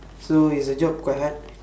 so is the job quite hard